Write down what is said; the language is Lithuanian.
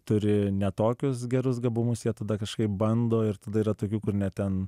turi ne tokius gerus gabumus jie tada kažkaip bando ir tada yra tokių kur ne ten